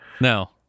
No